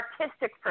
artistic